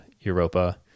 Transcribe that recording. Europa